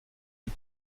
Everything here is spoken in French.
les